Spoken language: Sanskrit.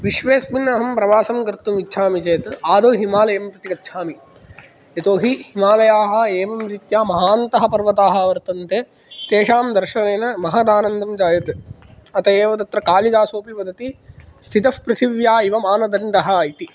विश्वेस्मिन् अहं प्रवासं कर्तुम् इच्छामि चेत् आदौ हिमालयं प्रति गच्छामि यतोहि हिमालयाः एवं रीत्या महान्तः पर्वताः वर्तन्ते तेषां दर्शनेन महदानन्दं जायते अतः एव तत्र कालिदासोऽपि वदति स्थितः पृथिव्या इव मानदण्डः इति